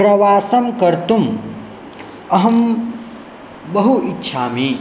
प्रवासं कर्तुम् अहं बहु इच्छामि